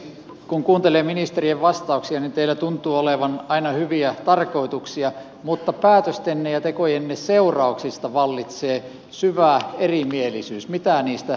kun kuuntelee ministerien vastauksia niin teillä tuntuu olevan aina hyviä tarkoituksia mutta päätöstenne ja tekojenne seurauksista vallitsee syvä erimielisyys mitä niistä aikeista seuraa